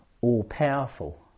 all-powerful